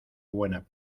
buena